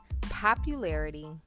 Popularity